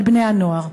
על בני-הנוער.